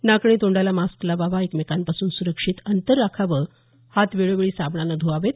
नाक आणि तोंडाला मास्क लावावा एकमेकांपासून सुरक्षित अंतर राखावं हात वेळोवेळी साबणानं ध्वावेत